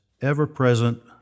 ever-present